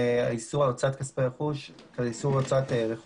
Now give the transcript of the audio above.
איסור הוצאת כספי ורכוש של מסתננים,